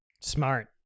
Smart